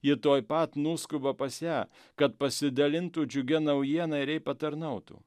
ji tuoj pat nuskuba pas ją kad pasidalintų džiugia naujiena ir jai patarnautų